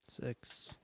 Six